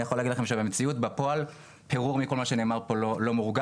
בכלא אופק.